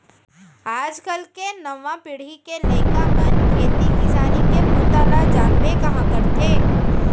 आज काल के नवा पीढ़ी के लइका मन खेती किसानी के बूता ल जानबे कहॉं करथे